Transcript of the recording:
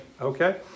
okay